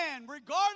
regardless